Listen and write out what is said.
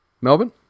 Melbourne